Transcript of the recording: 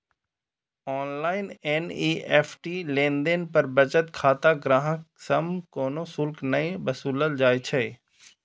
online NEFT लेनदेन पर बचत खाता ग्राहक सं कोनो शुल्क नै वसूलल जाइ छै